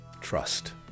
trust